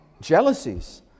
jealousies